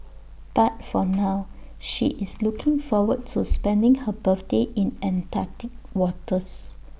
but for now she is looking forward to spending her birthday in Antarctic waters